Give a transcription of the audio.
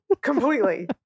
completely